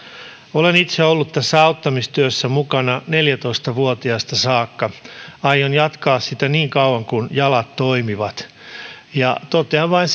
olen itse ollut auttamistyössä mukana neljätoista vuotiaasta saakka aion jatkaa sitä niin kauan kuin jalat toimivat totean vain